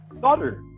daughter